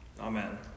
Amen